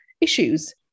issues